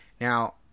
Now